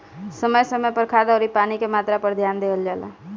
समय समय पर खाद अउरी पानी के मात्रा पर ध्यान देहल जला